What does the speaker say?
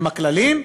הם הכללים,